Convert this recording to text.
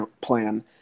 Plan